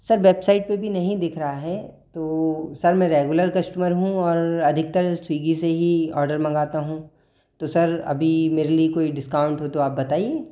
sir website पे भी नहीं दिख रहा है तो सर मैं रेगुलर कष्टमर हूँ और अधिकतर स्विग्गी से ही ऑर्डर मंगाता हूँ तो सर अभी मेरे लिए कोई डिस्काउंट हो तो आप बताइए